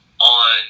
on